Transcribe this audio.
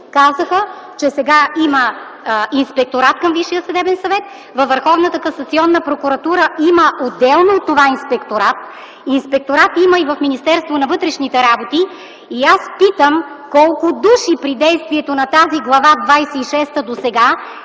казаха, че сега има Инспекторат към Висшия съдебен съвет, във Върховната касационна прокуратура има отделно от това Инспекторат, Инспекторат има и в Министерството на вътрешните работи. И аз питам: колко души при действието на тази Глава двадесет